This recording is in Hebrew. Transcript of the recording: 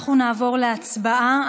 אנחנו נעבור להצבעה.